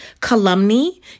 Calumny